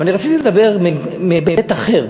אבל אני רציתי לדבר מהיבט אחר,